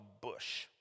bush